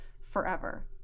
forever